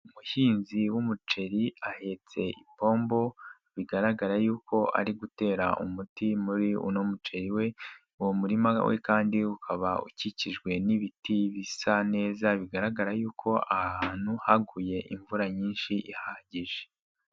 Umuhinzi w'umuceri ahetse ipombo, bigaragara yuko ari gutera umuti muri uno muceri we, uwo murima we kandi ukaba ukikijwe n'ibiti bisa neza, bigaragara yuko aha hantu haguye imvura nyinshi ihagije.